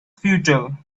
futile